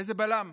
איזה בלם?